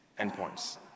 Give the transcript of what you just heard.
endpoints